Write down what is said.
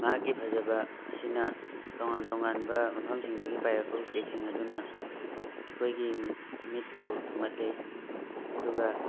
ꯃꯍꯥꯛꯀꯤ ꯐꯖꯕ ꯑꯁꯤꯅ ꯇꯣꯉꯥꯟ ꯇꯣꯉꯥꯟꯕ ꯃꯐꯝꯁꯤꯡꯗꯒꯤ ꯄꯥꯏꯔꯛꯄ ꯎꯆꯦꯛꯁꯤꯡ ꯑꯗꯨꯅ ꯑꯩꯈꯣꯏꯒꯤ ꯃꯤꯠ ꯃꯤꯠꯄꯨ ꯊꯨꯝꯍꯠꯂꯤ ꯑꯗꯨꯒ